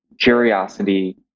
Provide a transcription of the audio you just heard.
curiosity